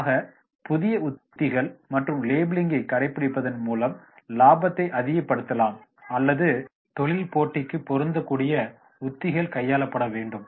ஆக புதிய உத்திகள் மற்றும் லேபிளிங்கைக் கடைப்பிடிப்பதன் மூலம் லாபத்தை அதிகப்படுத்தலாம் அல்லது தொழில்போட்டிக்கு பொருந்தக்கூடிய உத்திகள் கையாளப்பட வேண்டும்